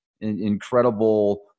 incredible